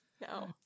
No